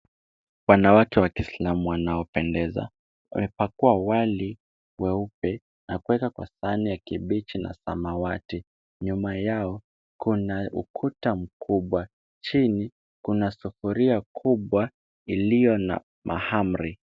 Wanawake wa kislamu wanaopendeza wamepakua wali mweupe na kueka kwa sahani ya kibichi na samawati. Nyuma yao kuna ukuta mkubwa, chini kuna sufuria kubwa ilio na mahamri.